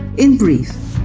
in brief,